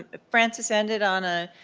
ah francis ended on a